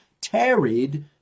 tarried